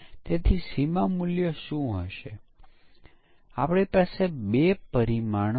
અને આ એક યુનિટમાં પરીક્ષણ કરવામાં આવે છે જે વિવિધ યુનિટનું અલગથી પરીક્ષણ કરવામાં આવે છે